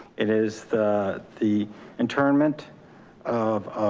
it is the the internment of,